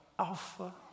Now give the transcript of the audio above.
Alpha